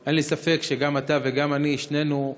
היו ימים שהשנאה כילתה לא רק בפלסטינים,